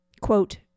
quote